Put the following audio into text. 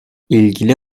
ilgili